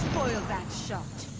that shipped